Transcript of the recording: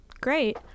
Great